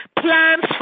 Plans